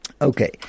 Okay